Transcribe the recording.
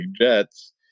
Jets